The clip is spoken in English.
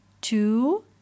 two